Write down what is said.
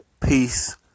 peace